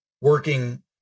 working